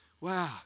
Wow